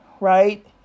Right